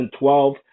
2012